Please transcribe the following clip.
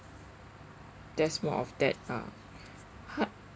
that's more of that ah hea~